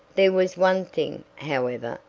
there was one thing, however,